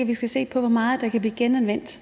at vi skal se på, hvor meget der kan blive genanvendt.